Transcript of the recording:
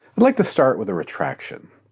like to start with a retraction.